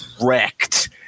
wrecked